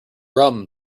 rum